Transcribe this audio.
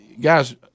guys